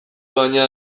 baina